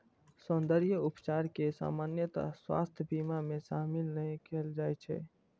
सौंद्रर्य उपचार कें सामान्यतः स्वास्थ्य बीमा मे शामिल नै कैल जाइ छै